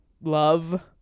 love